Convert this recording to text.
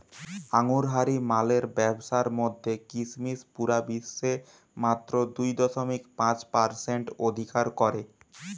আঙুরহারি মালের ব্যাবসার মধ্যে কিসমিস পুরা বিশ্বে মাত্র দুই দশমিক পাঁচ পারসেন্ট অধিকার করে